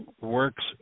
works